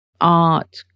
art